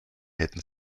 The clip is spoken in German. hätten